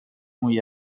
muy